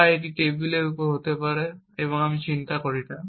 বা এটি টেবিলের উপর হতে পারে এবং আমি চিন্তা করি না